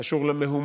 זה קשור למהומות